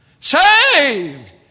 saved